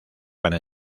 para